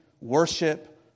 worship